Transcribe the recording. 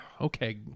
Okay